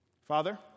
Father